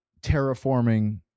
terraforming